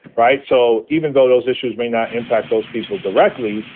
right. so even though those issues may not impact those people directly,